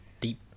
deep